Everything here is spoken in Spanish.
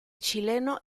chileno